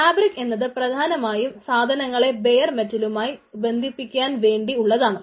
fabric എന്നത് പ്രധാനമായും സാധനങ്ങളെ ബെയർ മെറ്റലുമായി ബന്ധിപ്പിക്കാൻ വേണ്ടി ഉള്ളതാണ്